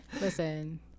Listen